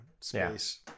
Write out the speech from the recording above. space